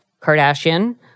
Kardashian